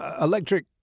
electric